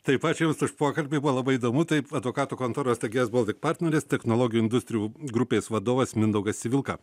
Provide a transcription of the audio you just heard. taip ačiū jums už pokalbį buvo labai įdomu taip advokatų kontoros tgs baltic partneris technologijų industrijų grupės vadovas mindaugas civilka